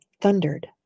thundered